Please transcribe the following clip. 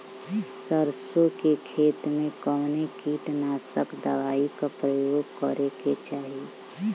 सरसों के खेत में कवने कीटनाशक दवाई क उपयोग करे के चाही?